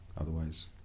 Otherwise